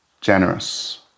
generous